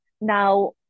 now